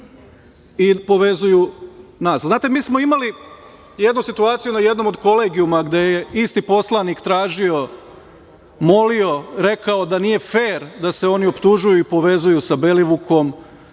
i povezuju nas. Mi smo imali jednu situaciju na jednom od kolegijuma, gde je isti poslanik tražio, molio, rekao da nije fer da se oni optužuju i povezuju sa Belivukom,